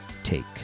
take